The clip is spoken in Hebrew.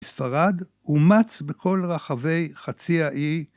‫מספרד, אומץ בכל רחבי חצי האי...